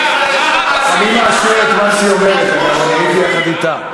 אני מאשר מה שהיא אומרת, הייתי יחד אתה.